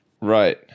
Right